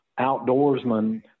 outdoorsmen